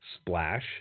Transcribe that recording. Splash